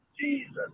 Jesus